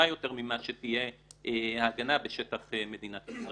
יותר ממה שתהיה ההגנה בשטח מדינת ישראל.